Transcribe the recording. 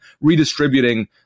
redistributing